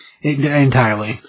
Entirely